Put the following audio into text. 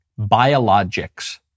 biologics